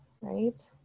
Right